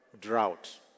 drought